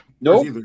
Nope